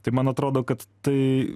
tai man atrodo kad tai